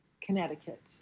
Connecticut